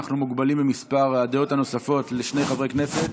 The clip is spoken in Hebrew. אנחנו מוגבלים במספר הדעות הנוספות לשני חברי כנסת.